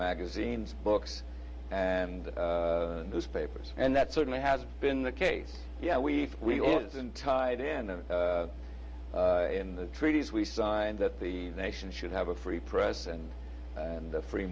magazines books and newspapers and that certainly has been the case yeah we we was untied in the in the treaties we signed that the nation should have a free press and the free